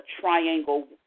triangle